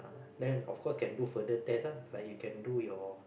then of course can do further test ah like you can do your